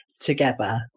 together